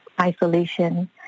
isolation